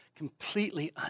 Completely